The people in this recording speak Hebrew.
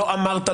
לא אמרת,